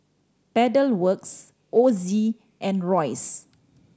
Pedal Works Ozi and Royce